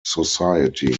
society